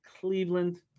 Cleveland